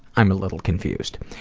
i'm a little confused.